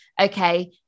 okay